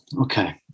okay